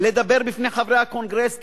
לדבר בפני חברי הקונגרס,